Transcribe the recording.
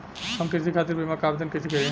हम कृषि खातिर बीमा क आवेदन कइसे करि?